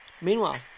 Meanwhile